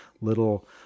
little